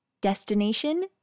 Destination